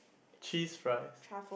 cheese fries